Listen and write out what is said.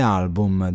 album